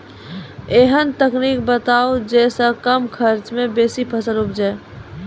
ऐहन तकनीक बताऊ जै सऽ कम खर्च मे बेसी फसल उपजे?